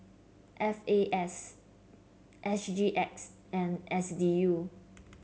F A S S G X and S D U